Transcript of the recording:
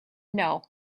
know